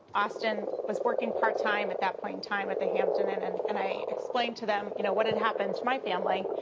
austin was working part time at that point in time, at the hampton inn, and and i explained to them you know what had happened to my family,